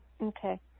okay